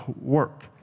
work